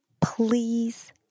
Please